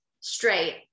straight